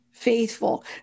faithful